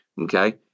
okay